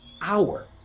hour